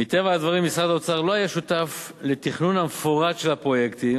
מטבע הדברים משרד האוצר לא היה שותף לתכנון המפורט של הפרויקטים,